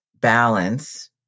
balance